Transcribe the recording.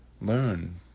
Learn